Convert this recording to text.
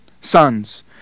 sons